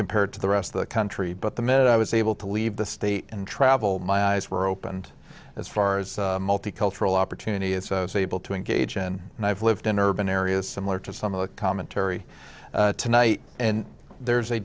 compared to the rest of the country but the minute i was able to leave the state and travel my eyes were opened as far as multicultural opportunity is able to engage in and i've lived in urban areas similar to some of the commentary tonight and there's a